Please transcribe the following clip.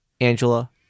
Angela